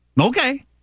Okay